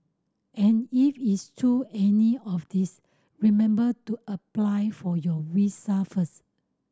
and if it's to any of these remember to apply for your visa first